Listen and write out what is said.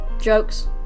jokes